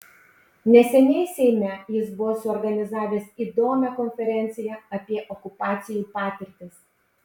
neseniai seime jis buvo suorganizavęs įdomią konferenciją apie okupacijų patirtis